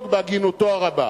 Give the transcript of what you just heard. או, תודה רבה.